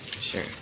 sure